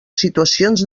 situacions